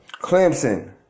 Clemson